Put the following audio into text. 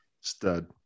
stud